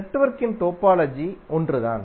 நெட்வொர்க்கின் டோபாலஜி ஒன்றுதான்